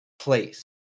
place